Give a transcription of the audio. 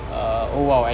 err oh !wow!